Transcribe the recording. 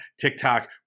TikTok